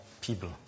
people